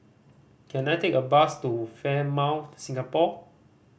can I take a bus to Fairmont Singapore